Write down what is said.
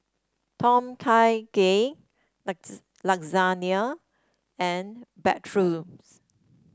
Tom Kha Gai Lasagne and Bratwurst